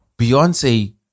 Beyonce